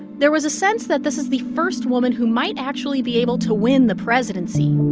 there was a sense that this is the first woman who might actually be able to win the presidency